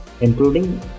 including